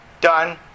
Done